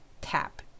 Tap